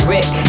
Rick